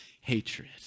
hatred